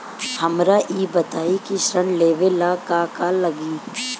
हमरा ई बताई की ऋण लेवे ला का का लागी?